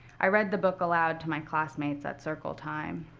i read the book aloud to my classmates at circle time.